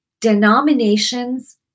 Denominations